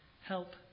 help